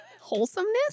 wholesomeness